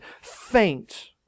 Faint